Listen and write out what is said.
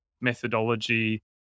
methodology